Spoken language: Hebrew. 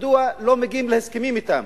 מדוע לא מגיעים להסכמים אתם?